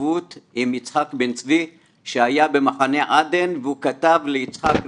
התכתבות עם יצחק בן צבי שהיה במחנה עדן והוא כתב ליצחק רפאל,